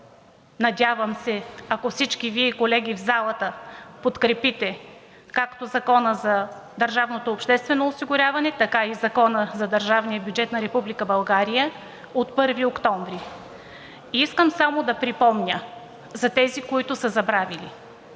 надявам се, ако всички Вие, колегите в залата, подкрепите както Закона за държавното обществено осигуряване, така и Закона за държавния бюджет на Република България от 1 октомври. Искам само да припомня за тези, които са забравили,